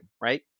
Right